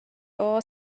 ora